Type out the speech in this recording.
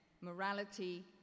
morality